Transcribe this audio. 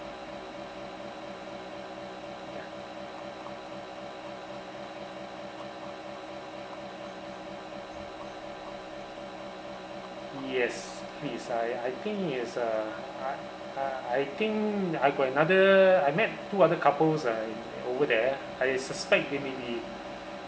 yes please I I think he has a I I I think I got another I met two other couples uh over there I suspect they may be